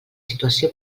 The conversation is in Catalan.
situació